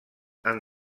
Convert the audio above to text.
han